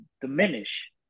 diminish